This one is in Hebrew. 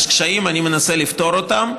יש קשיים, ואני מנסה לפתור אותם.